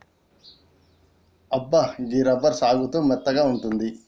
అబ్బా గీ రబ్బరు సాగుతూ మెత్తగా ఉంటుంది